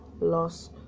loss